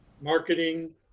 marketing